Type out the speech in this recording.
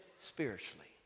spiritually